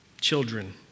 Children